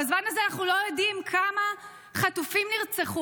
בזמן הזה אנחנו לא יודעים כמה חטופים נרצחו